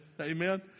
Amen